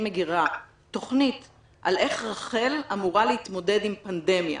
מגירה תוכנית על איך רח"ל אמורה להתמודד עם פנדמיה?